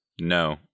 No